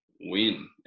win